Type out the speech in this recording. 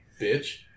bitch